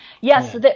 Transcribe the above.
Yes